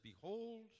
Behold